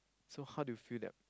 so how do you feel that